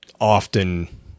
often